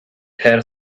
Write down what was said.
her